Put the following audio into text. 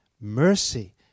mercy